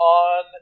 on